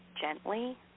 gently